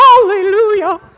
Hallelujah